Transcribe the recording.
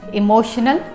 emotional